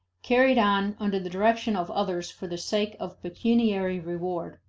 carried on under the direction of others for the sake of pecuniary reward.